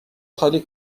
خالی